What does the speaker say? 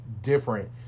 different